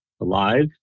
alive